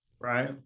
Right